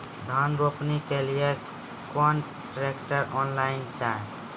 धान रोपनी के लिए केन ट्रैक्टर ऑनलाइन जाए?